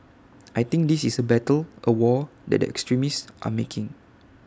I think this is A battle A war that the extremists are making